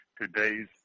today's